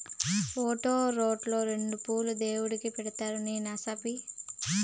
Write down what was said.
ఓటో, రోండో రెండు పూలు దేవుడిని పెట్రాదూ నీ నసాపి